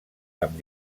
amb